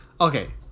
okay